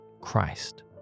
Christ